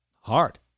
hard